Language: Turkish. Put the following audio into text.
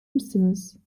misiniz